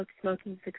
Smoking